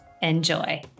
Enjoy